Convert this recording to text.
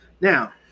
now